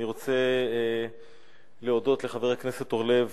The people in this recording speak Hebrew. אני רוצה להודות לחבר הכנסת אורלב